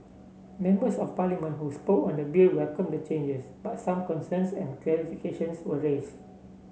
members of Parliament who spoke on the bill welcome the changes but some concerns and clarifications were raise